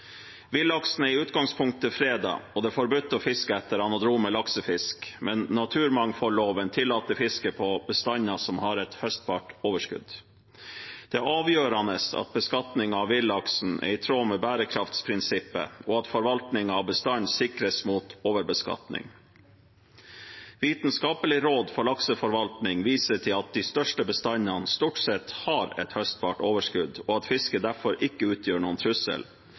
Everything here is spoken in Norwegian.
Villaksen er i utgangspunktet fredet, og det er forbudt å fiske etter anadrome laksefisk, men naturmangfoldloven tillater fiske på bestander som har et høstbart overskudd. Det er avgjørende at beskatningen av villaksen er i tråd med bærekraftsprinsippet, og at forvaltningen av bestanden sikres mot overbeskatning. Vitenskapelig råd for lakseforvaltning viser til at de største bestandene stort sett har et høstbart overskudd, og at fiske derfor ikke utgjør noen trussel,